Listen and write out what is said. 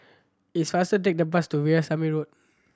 it's faster take the bus to Veerasamy Road